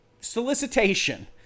solicitation